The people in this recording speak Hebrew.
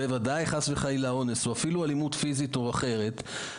בוודאי חס וחלילה אונס או אלימות פיזית או אחרת,